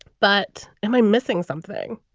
but am i missing something?